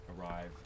arrive